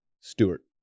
Stewart